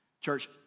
Church